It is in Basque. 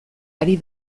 ari